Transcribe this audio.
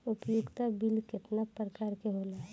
उपयोगिता बिल केतना प्रकार के होला?